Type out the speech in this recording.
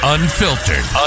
Unfiltered